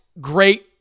great